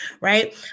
right